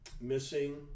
missing